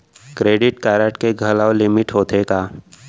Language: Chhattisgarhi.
क्रेडिट कारड के घलव लिमिट होथे का?